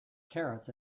carrots